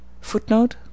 Footnote